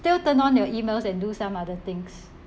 still turn on your emails and do some other things